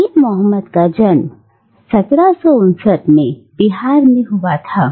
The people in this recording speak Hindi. डीन मोहम्मद का जन्म 1759 मैं बिहार में हुआ था